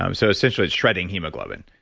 um so essentially, it's shredding hemoglobin.